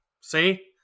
see